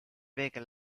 weken